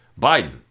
Biden